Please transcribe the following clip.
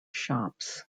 shops